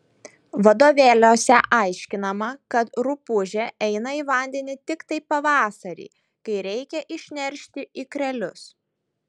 vadovėliuose aiškinama kad rupūžė eina į vandenį tiktai pavasarį kai reikia išneršti ikrelius